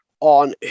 on